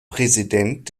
präsident